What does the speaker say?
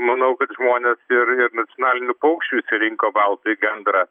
manau kad žmonės ir ir nacionaliniu paukščiu išsirinko baltąjį gandrą